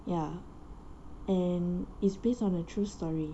ya and is based on a true story